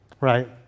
Right